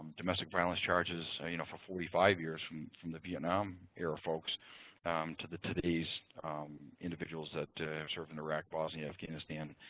domestic violence charges you know for forty five years from from the vietnam era folks to the today's individuals that served in iraq, bosnia, afghanistan,